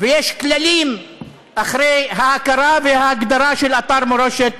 ויש כללים אחרי ההכרה וההגדרה של אתר מורשת